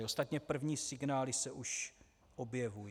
Ostatně první signály se už objevují.